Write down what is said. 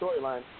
storyline